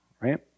right